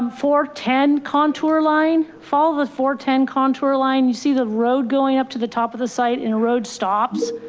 um four ten contour line follow the four, ten contour line. you see the road going up to the top of the site in a road stops.